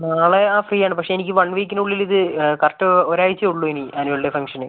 നാളെ ഫ്രീ ആണ് പക്ഷേ എനിക്ക് വൺ വീക്കിനുള്ളിലിത് കറക്റ്റ് ഒരാഴ്ച്ചയേ ഉള്ളൂ ഇനി ആനുവൽ ഡേ ഫങ്ങ്ഷന്